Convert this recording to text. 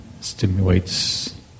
stimulates